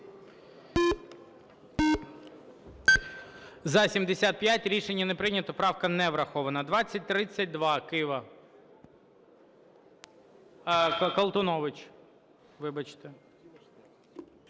За-75 Рішення не прийнято. Правка не врахована. 2032, Кива. Колтунович. Вибачте.